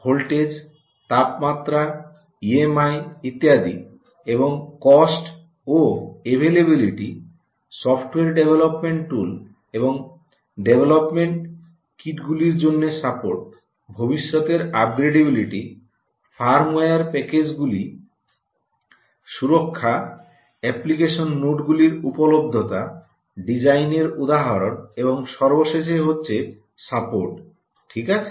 voltage তাপমাত্রা EMI ইত্যাদি এবং কষ্ট ও এভেলেবেলইটি সফ্টওয়্যার ডেভেলোপমেন্ট টুল এবং ডেভেলোপমেন্ট কিটগুলির জন্য সাপোর্ট ভবিষ্যতের আপগ্রেডিবিলিটি ফার্মওয়্যার প্যাকেজগুলি সুরক্ষা অ্যাপ্লিকেশন নোটগুলির উপলব্ধতা ডিজাইনের উদাহরণ এবং সর্বশেষে হচ্ছে সাপোর্ট ঠিক আছে